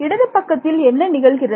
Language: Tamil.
இடது பக்கத்தில் என்ன நிகழ்கிறது